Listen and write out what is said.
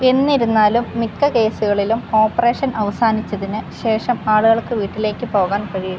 എന്നിരുന്നാലും മിക്ക കേസുകളിലും ഓപ്പറേഷൻ അവസാനിച്ചതിന് ശേഷം ആളുകൾക്ക് വീട്ടിലേക്ക് പോകാൻ കഴിയും